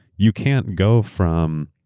you can't go from